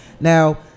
now